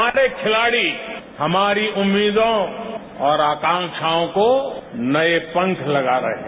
हमारे खिलाड़ी हमारी उम्मीदों और आकांक्षाओं को नए पंख लगा रहे हैं